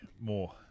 more